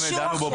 יודע,